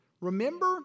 Remember